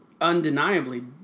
undeniably